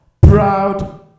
proud